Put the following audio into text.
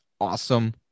awesome